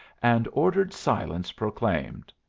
and ordered silence proclaimed.